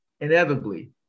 inevitably